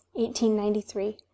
1893